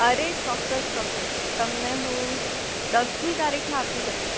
અરે ચોક્કસ ચોક્કસ તમને હું દસમી તારીખે આપી દઉં